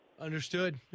Understood